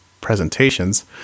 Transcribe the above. presentations